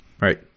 Right